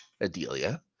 adelia